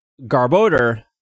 Garbodor